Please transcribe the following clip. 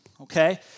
okay